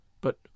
But